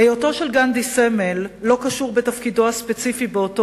היותו של גנדי סמל לא קשור בתפקידו הספציפי באותו